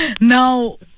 now